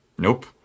nope